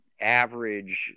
average